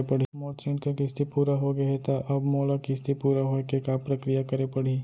मोर ऋण के किस्ती पूरा होगे हे ता अब मोला किस्ती पूरा होए के का प्रक्रिया करे पड़ही?